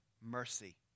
mercy